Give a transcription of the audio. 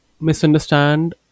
misunderstand